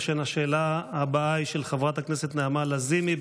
ולכן השאלה הבאה היא של חברת הכנסת נעמה לזימי,